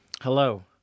Hello